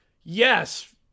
yes